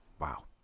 wow